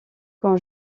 quand